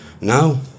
no